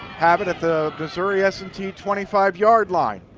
have it at the missouri s and t twenty five yard line.